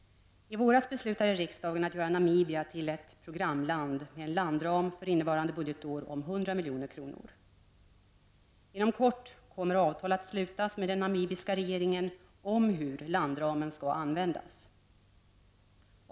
I våras beslutade riksdagen att göra Namibia till ett programland med en landram för innevarande budgetår om 100 milj.kr. Inom kort kommer avtal att slutas med den namibiska regeringen om hur landramen skall användas.